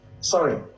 Sorry